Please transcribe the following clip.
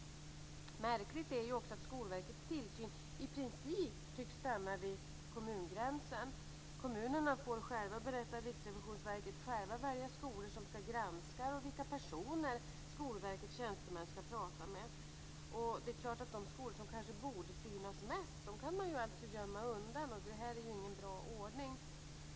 Märkligt är också att Skolverkets tillsyn i princip tycks stanna vid kommungränsen. Riksrevisionsverket berättar i rapporten att kommunerna själva får välja vilka skolor som ska granskas och vilka personer som Skolverkets tjänstemän ska prata med. De skolor som borde synas mest kan ju gömmas undan. Det är ingen bra ordning.